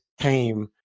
came